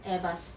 airbus